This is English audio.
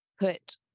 put